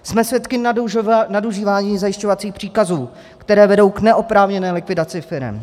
Jsme svědky nadužívání zajišťovacích příkazů, které vedou k neoprávněné likvidaci firem.